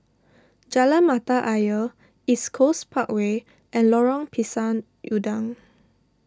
Jalan Mata Ayer East Coast Parkway and Lorong Pisang Udang